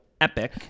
Epic